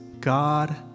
God